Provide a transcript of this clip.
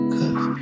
Cause